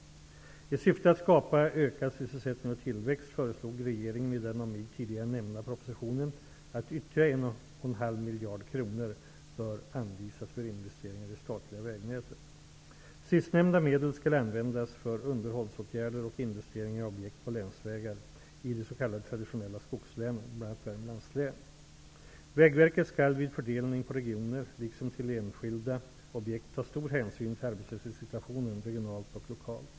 I syfte att skapa ökad sysselsättning och tillväxt föreslog regeringen i den av mig tidigare nämnda propositionen att ytterligare 1,5 miljarder kronor bör anvisas för investeringar i det statliga vägnätet. Sistnämnda medel skall användas för underhållsåtgärder och investeringar i objekt på länsvägar i de s.k. traditionella skogslänen, bl.a. Värmlands län. Vägverket skall vid fördelning på regioner liksom till enskilda objekt ta stor hänsyn till arbetslöshetssituationen regionalt och lokalt.